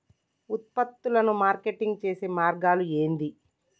ఉత్పత్తులను మార్కెటింగ్ చేసే మార్గాలు ఏంది?